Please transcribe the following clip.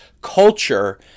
culture